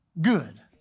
Good